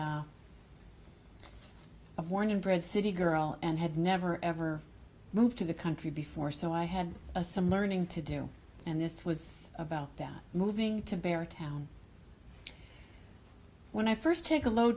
was a born and bred city girl and had never ever moved to the country before so i had some learning to do and this was about moving to bear town when i first take a lo